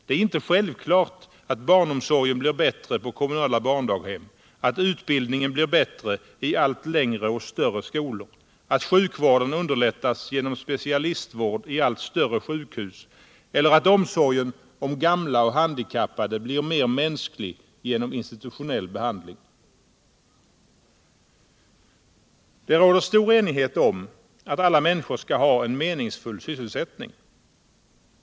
Det är inte självklart att barnomsorgen blir bättre på kommunala barndaghem, att utbildningen blir bättre med allt längre skolgång och i allt större skolor, att sjukvården underlättas genom specialistvård i allt större sjukhus eller att omsorgen om gamla och handikappade blir mera mänsklig genom institutionell behandling. Det råder stor enighet om att alla människor skall ha en meningsfull sysselsättning.